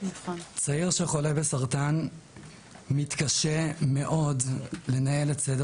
צעיר שחולה בסרטן מתקשה מאוד לנהל את סדר